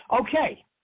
Okay